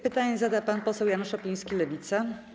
Pytanie zada pan poseł Janusz Szopiński, Lewica.